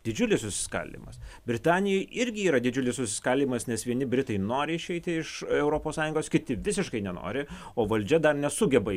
didžiulis susiskaldymas britanijoj irgi yra didžiulis susiskaldymas nes vieni britai nori išeiti iš europos sąjungos kiti visiškai nenori o valdžia dar nesugeba